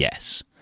Yes